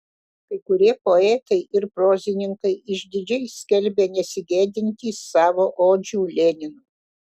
kai kurie poetai ir prozininkai išdidžiai skelbė nesigėdintys savo odžių leninui